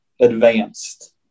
advanced